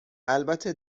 البته